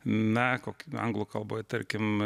na koki anglų kalboj tarkim